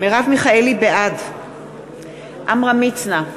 בעד עמרם מצנע,